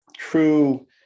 true